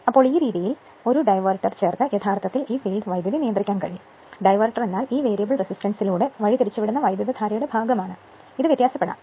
അതിനാൽ ഈ രീതിയിൽ ഒരു ഡൈവേർട്ടർ ചേർത്ത് യഥാർത്ഥത്തിൽ ഈ ഫീൽഡ് വൈദ്യുതി നിയന്ത്രിക്കാൻ കഴിയും ഡൈവർട്ടർ എന്നാൽ ഈ വേരിയബിൾ റെസിസ്റ്റൻസിലൂടെ വഴിതിരിച്ചുവിടുന്ന വൈദ്യുതധാരയുടെ ഭാഗമാണ് യഥാർത്ഥത്തിൽ ഇത് വ്യത്യാസപ്പെടാം